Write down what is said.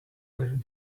where